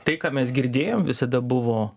tai ką mes girdėjom visada buvo